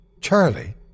Charlie